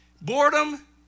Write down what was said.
Boredom